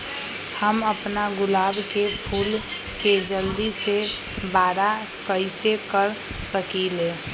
हम अपना गुलाब के फूल के जल्दी से बारा कईसे कर सकिंले?